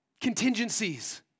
contingencies